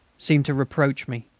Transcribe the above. seemed to reproach me.